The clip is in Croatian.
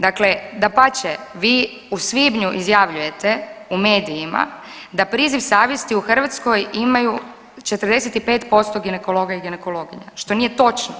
Dakle, dapače vi u svibnju izjavljujete u medijima da priziv savjesti u Hrvatskoj imaju 45% ginekologa i ginekologinja što nije točno.